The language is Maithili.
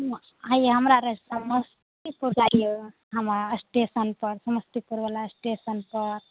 हे यइ हमरा रस्ता समस्तीपुर जाइके हइ हमरा एस्टेशनपर समस्तीपुरवला एस्टेशनपर